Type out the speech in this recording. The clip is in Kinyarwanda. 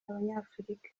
abanyafrika